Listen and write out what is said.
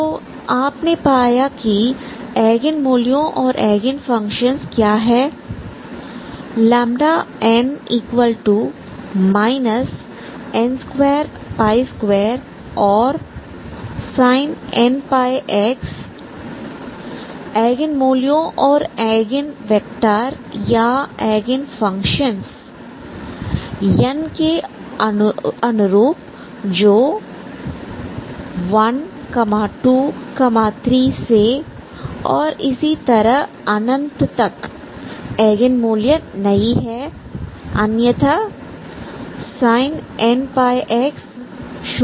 तो आप ने पाया कि एगेन मूल्यों और एगेनफंक्शंस क्या है n n22 और sin nπx एगेन मूल्यों और एगेन वेक्टर या एगेनफंक्शंस n के अनुरूप जो 1 2 3 से और इसी तरह अनंत तक एगेन मूल्य नहीं है अन्यथा sin nπx शून्य हो जाता है